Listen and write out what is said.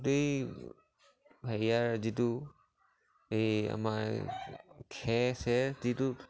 গোটেই হেৰিয়াৰ যিটো এই আমাৰ খেৰ চেৰ যিটো